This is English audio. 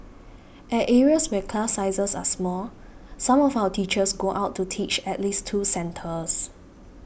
at areas where class sizes are small some of our teachers go out to teach at least two centres